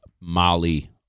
molly